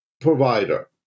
provider